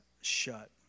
shut